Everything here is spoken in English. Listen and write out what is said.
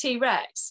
T-Rex